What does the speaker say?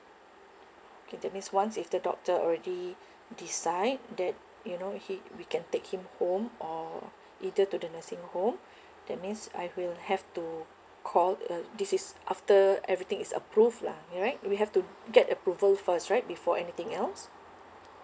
okay that's means once if the doctor already decide that you know he we can take him home or either to the nursing home that means I will have to call uh this is after everything is approve lah am I right we have to get approval first right before anything else